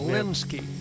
Linsky